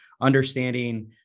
understanding